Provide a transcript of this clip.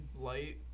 light